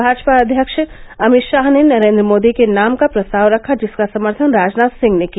भाजपा अध्यक्ष अमित शाह ने नरेंद्र मोदी के नाम का प्रस्ताव रखा जिसका समर्थन राजनाथ सिंह ने किया